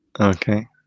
okay